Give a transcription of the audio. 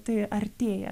tai artėja